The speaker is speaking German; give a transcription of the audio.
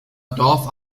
dorf